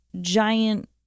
giant